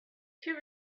too